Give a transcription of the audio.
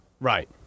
Right